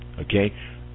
Okay